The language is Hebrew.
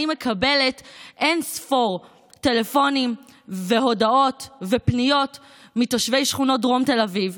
מקבלת אין-ספור טלפונים והודעות ופניות מתושבי שכונות דרום תל אביב,